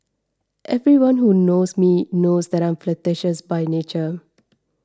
everyone who knows me knows that I am flirtatious by nature